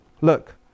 Look